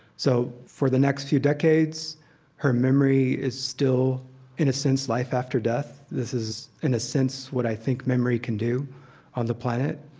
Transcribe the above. so, for the next few decades her memory is still in a sense, life after death. this is in a sense what i think memory can do on the planet.